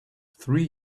three